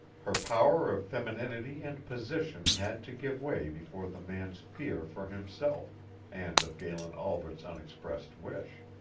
her power of femininity and position had to give way before the man's fear for himself and of galen albret's unexpressed wish.